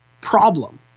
problem